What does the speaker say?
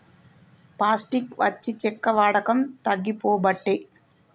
plastic వచ్చి చెక్క వాడకం తగ్గిపోబట్టే